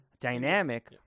Dynamic